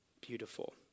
beautiful